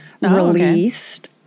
released